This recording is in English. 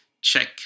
check